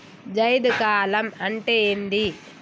జైద్ కాలం అంటే ఏంది?